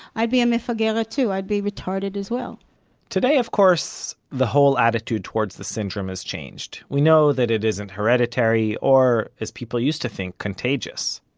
i'd be a mefageret too, i'd be be retarded as well today, of course, the whole attitude toward the syndrome has changed. we know that it isn't hereditary, or as people used to think contagious.